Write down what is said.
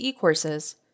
courses